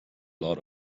lot